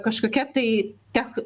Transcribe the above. kažkokia tai tech